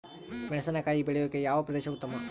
ಮೆಣಸಿನಕಾಯಿ ಬೆಳೆಯೊಕೆ ಯಾವ ಪ್ರದೇಶ ಉತ್ತಮ?